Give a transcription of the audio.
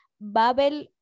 babel